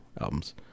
albums